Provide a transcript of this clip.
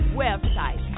website